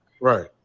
right